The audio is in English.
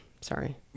Sorry